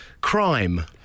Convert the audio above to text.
Crime